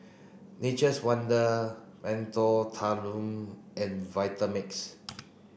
Nature's Wonder Mentholatum and Vitamix